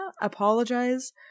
Apologize